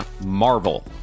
Marvel